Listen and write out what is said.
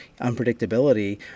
unpredictability